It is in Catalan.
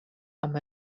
amb